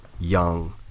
young